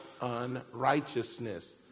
unrighteousness